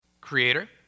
Creator